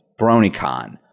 BronyCon